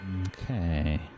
Okay